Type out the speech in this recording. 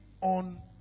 on